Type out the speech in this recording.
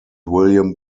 william